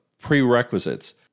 prerequisites